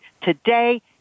today